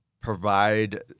provide